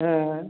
हाँ